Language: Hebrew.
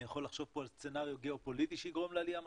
אני יכול לחשוב על סצנריו גאופוליטי שיגרום לעלייה משמעותית,